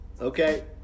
Okay